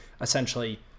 essentially